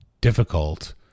difficult